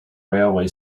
railway